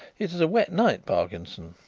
it is a wet night, parkinson.